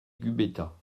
gubetta